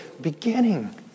beginning